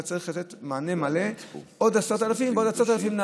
כדי לתת מענה מלא אתה צריך עוד עשרות אלפים נהגים,